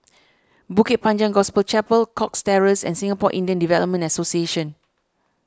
Bukit Panjang Gospel Chapel Cox Terrace and Singapore Indian Development Association